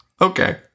Okay